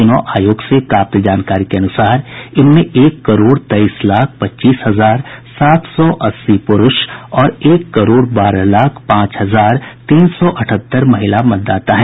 चुनाव आयोग से प्राप्त जानकारी के अनुसार इनमें एक करोड़ तेईस लाख पच्चीस हजार सात सौ अस्सी पुरूष और एक करोड़ बारह लाख पांच हजार तीन सौ अठहत्तर महिला मतदाता हैं